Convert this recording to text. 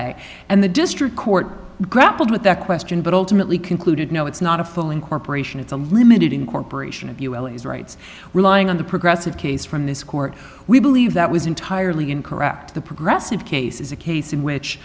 lay and the district court grappled with that question but ultimately concluded no it's not a full incorporation it's a limited incorporation of you as rights relying on the progressive case from this court we believe that was entirely incorrect the progressive case is a case in which